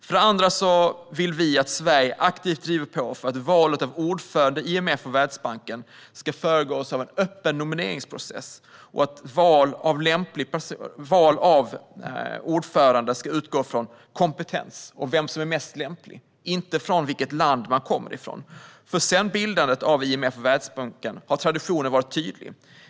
För det andra vill vi att Sverige aktivt driver på för att valet av ordförande i IMF och Världsbanken ska föregås av en öppen nomineringsprocess och att val av ordförande ska utgå från kompetens och vem som är mest lämplig i stället för från vilket land man kommer från. Sedan bildandet av IMF och Världsbanken har traditionen varit tydlig.